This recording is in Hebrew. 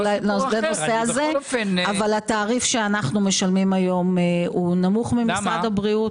אבל התעריף שאנחנו משלמים היום נמוך ממשרד הבריאות.